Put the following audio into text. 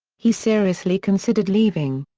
he seriously considered leaving.